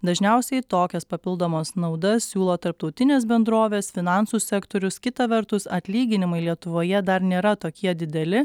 dažniausiai tokias papildomas naudas siūlo tarptautinės bendrovės finansų sektorius kita vertus atlyginimai lietuvoje dar nėra tokie dideli